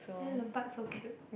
ya the butt so cute